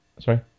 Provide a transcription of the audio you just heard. sorry